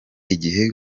igihe